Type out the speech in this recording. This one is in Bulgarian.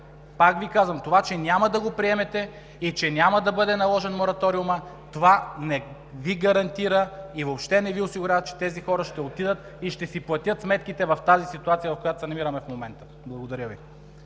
Повтарям, това, че няма да го приемете и че няма да бъде наложен мораториумът, не Ви гарантира и въобще не Ви осигурява, че тези хора ще отидат и ще си платят сметките в ситуацията, в която се намираме в момента! Благодаря Ви.